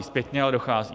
Zpětně, ale dochází.